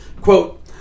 Quote